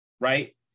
right